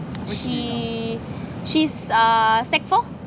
she she's uh sec four